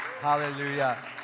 Hallelujah